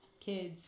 kids